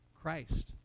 Christ